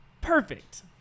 Perfect